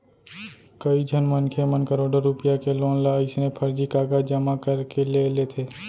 कइझन मनखे मन करोड़ो रूपिया के लोन ल अइसने फरजी कागज जमा करके ले लेथे